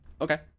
Okay